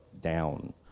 down